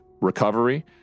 recovery